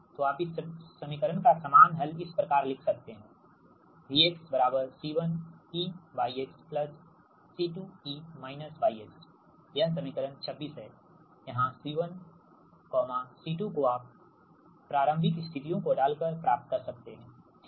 तो आप इस समीकरण का सामान्य हल इस प्रकार लिख सकते हैं V C1 e yx C2 e yx यह समीकरण 26 है यहां C1C 2 को आप प्रारंभिक स्थितियों को डालकर प्राप्त कर सकते हैं ठीक